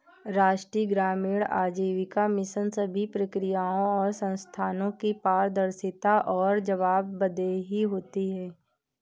राष्ट्रीय ग्रामीण आजीविका मिशन सभी प्रक्रियाओं और संस्थानों की पारदर्शिता और जवाबदेही होती है